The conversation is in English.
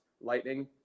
Lightning